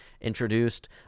introduced